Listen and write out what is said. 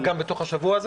גם בעבר קודמיי לא